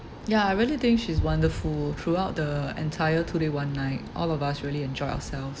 ya I really think she's wonderful throughout the entire two day one night all of us really enjoyed ourselves